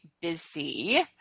busy